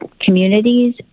communities